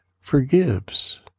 forgives